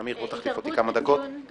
התערבות בציון המעבר